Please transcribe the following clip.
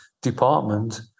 department